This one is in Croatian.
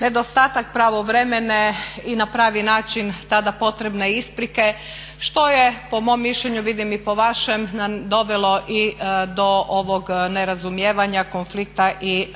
nedostatak pravovremene i na pravi način tada potrebne isprike što je po mom mišljenju, vidim i po vašem dovelo i do ovog nerazumijevanja, konflikta i